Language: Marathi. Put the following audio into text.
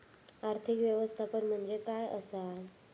आर्थिक व्यवस्थापन म्हणजे काय असा?